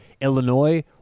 Illinois